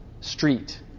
street